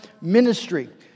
ministry